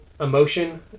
emotion